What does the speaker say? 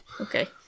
Okay